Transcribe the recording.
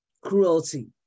cruelty